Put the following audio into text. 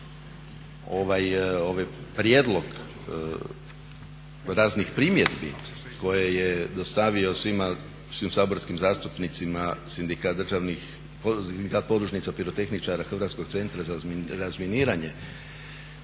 ovaj prijedlog raznih primjedbi koje je dostavio svima, svim saborskim zastupnicima sindikat podružnica pirotehničara Hrvatskog centra za razminiranje